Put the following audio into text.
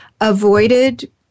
avoided